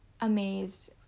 amazed